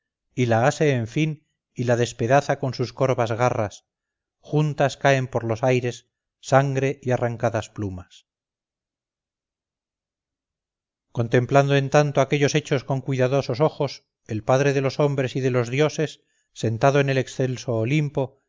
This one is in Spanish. y la ase en fin y la despedaza con sus corvas garras juntas caen por los aires sangre y arrancadas plumas contemplando en tanto aquellos hechos con cuidadosos ojos el padre de los hombres y de los dioses sentado en el excelso olimpo